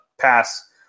pass